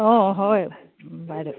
অঁ হয় বাইদেউ